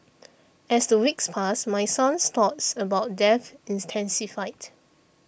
as the weeks passed my son's thoughts about death intensified